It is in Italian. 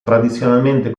tradizionalmente